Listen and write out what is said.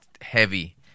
heavy